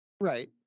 right